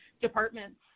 departments